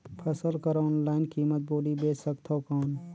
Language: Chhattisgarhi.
फसल कर ऑनलाइन कीमत बोली बेच सकथव कौन?